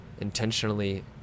intentionally